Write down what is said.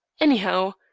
anyhow,